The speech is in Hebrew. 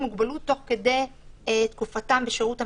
מוגבלות תוך כדי תקופתם בשירות המדינה.